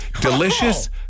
Delicious